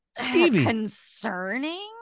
concerning